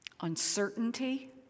uncertainty